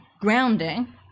grounding